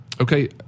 okay